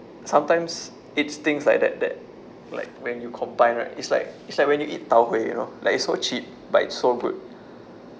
sometimes it's things like that that like when you combine right it's like it's like when you eat tau huay you know like it's so cheap but it's so good